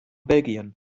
belgien